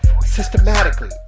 systematically